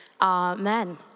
Amen